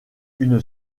une